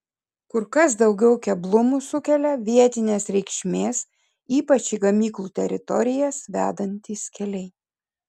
kur kas daugiau keblumų sukelia vietinės reikšmės ypač į gamyklų teritorijas vedantys keliai